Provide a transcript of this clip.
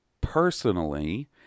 personally